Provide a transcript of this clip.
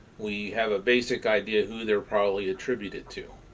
we have a basic idea who they're probably attributed to.